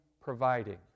providing